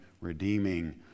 redeeming